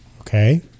Okay